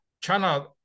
China